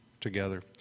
together